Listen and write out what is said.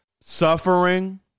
suffering